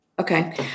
Okay